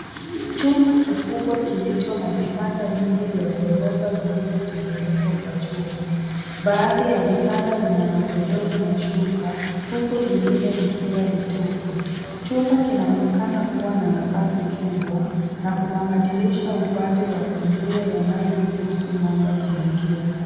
Chumba kikubwa kilicho na vitanda vingi vya ghorofa, vilivyotengenezwa kwa chuma. Baadhi zina magodoro na shuka, huku vingine vikiwa vitupu.